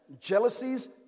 jealousies